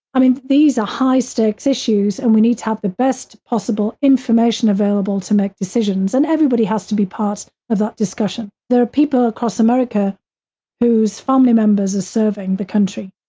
i mean, these are high stakes issues, and we need to have the best possible information available to make decisions and everybody has to be part of that discussion. there are people across america whose family members are serving the country.